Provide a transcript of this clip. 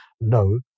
no